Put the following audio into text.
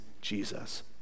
Jesus